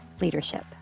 leadership